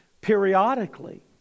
periodically